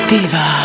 Diva